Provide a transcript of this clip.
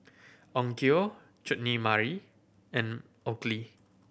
Onkyo Chutney Mary and Oakley